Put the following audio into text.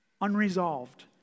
unresolved